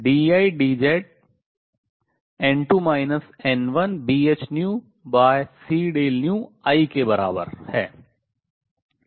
dIdZ n2 n1BhνcI के बराबर है